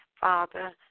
Father